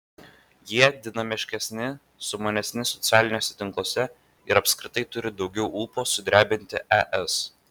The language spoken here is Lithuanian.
jie dinamiškesni sumanesni socialiniuose tinkluose ir apskritai turi daugiau ūpo sudrebinti es